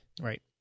Right